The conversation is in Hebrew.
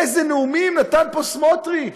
איזה נאומים נתן פה סמוטריץ: